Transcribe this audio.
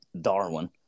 Darwin